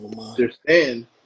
understand